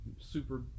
super